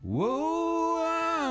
Whoa